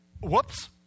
Whoops